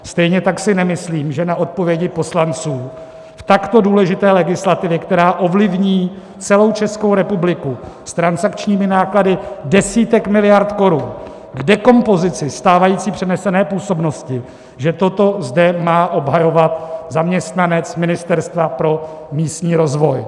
Stejně tak si nemyslím, že na odpovědi poslanců v takto důležité legislativě, která ovlivní celou Českou republiku, s transakčními náklady desítek miliard korun k dekompozici stávající přenesené působnosti, že toto zde má obhajovat zaměstnanec Ministerstva pro místní rozvoj.